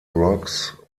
rocks